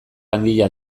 handia